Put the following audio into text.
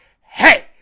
hey